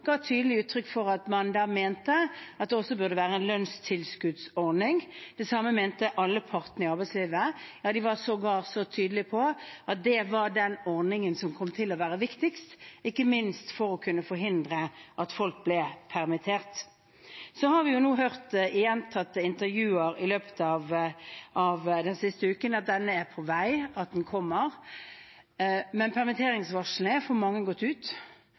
tydelig uttrykk for at man mente at det også burde være en lønnstilskuddsordning. Det samme mente alle partene i arbeidslivet. De var sågar tydelige på at det var den ordningen som kom til å være viktigst, ikke minst for å kunne forhindre at folk ble permittert. Så har vi, i gjentatte intervjuer i løpet av den siste uken, fått høre at denne er på vei, og at den kommer, men permitteringsvarslene har for mange gått ut.